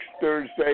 Thursday